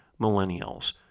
millennials